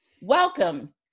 Welcome